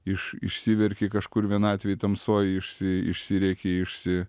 iš išsiverki kažkur vienatvėj tamsoj išsi išsirėki išsi